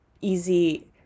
easy